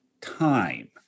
time